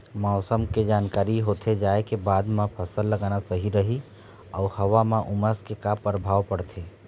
मौसम के जानकारी होथे जाए के बाद मा फसल लगाना सही रही अऊ हवा मा उमस के का परभाव पड़थे?